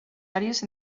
àrees